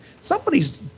somebody's